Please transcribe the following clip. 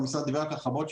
והמשרד דיבר על כך רבות,